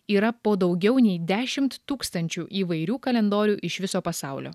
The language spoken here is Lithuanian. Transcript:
yra po daugiau nei dešimt tūkstančių įvairių kalendorių iš viso pasaulio